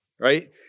Right